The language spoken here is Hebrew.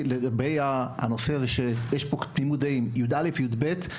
לגבי הנושא הזה של כיתות יא׳ ו-יב׳ ויש פה תמימות דעים.